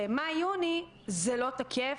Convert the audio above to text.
ומאי, יוני זה לא תקף.